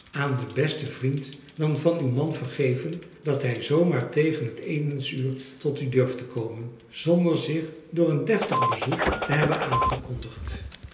aan den besten vriend dan van uw man vergeven dat hij zoo maar tegen het etensuur tot u durft te komen zonder zich door een deftig bezoek te hebben aangekondigd